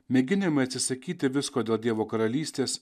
mėginimai atsisakyti visko dėl dievo karalystės